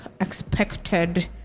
expected